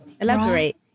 Elaborate